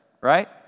right